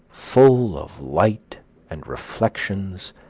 full of light and reflections,